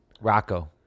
Rocco